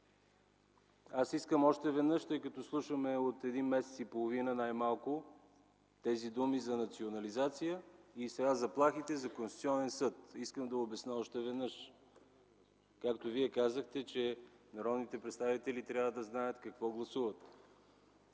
Искам още веднъж, тъй като най-малко от месец и половина слушаме тези думи за национализация, и сега – заплахите за Конституционен съд, да обясня още веднъж. Както вие казахте, народните представители трябва да знаят какво гласуват.